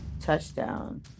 touchdown